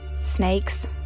Snakes